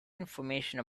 information